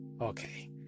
Okay